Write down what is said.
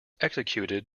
executed